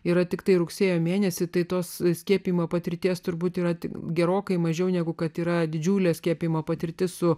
yra tiktai rugsėjo mėnesį tai tos skiepijimo patirties turbūt yra tik gerokai mažiau negu kad yra didžiulės kepimo patirti su